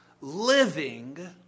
living